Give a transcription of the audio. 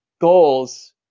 goals